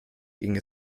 ging